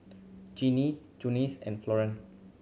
Jeannine Junius and Florene